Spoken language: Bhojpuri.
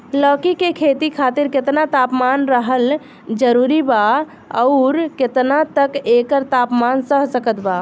लौकी के खेती खातिर केतना तापमान रहल जरूरी बा आउर केतना तक एकर तापमान सह सकत बा?